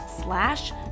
slash